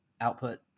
output